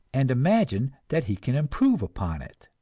and imagine that he can improve upon it?